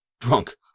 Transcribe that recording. Drunk